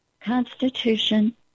Constitution